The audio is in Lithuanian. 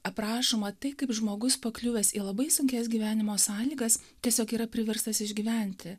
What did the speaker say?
aprašoma tai kaip žmogus pakliuvęs į labai sunkias gyvenimo sąlygas tiesiog yra priverstas išgyventi